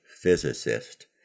physicist